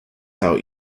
how